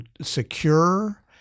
secure-